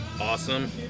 awesome